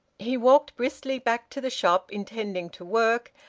he walked briskly back to the shop, intending to work,